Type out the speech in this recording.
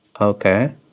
Okay